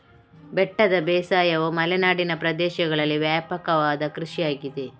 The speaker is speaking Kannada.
ಬೆಟ್ಟದ ಬೇಸಾಯವು ಮಲೆನಾಡಿನ ಪ್ರದೇಶಗಳಲ್ಲಿ ವ್ಯಾಪಕವಾದ ಕೃಷಿಯಾಗಿದೆ